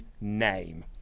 name